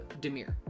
Demir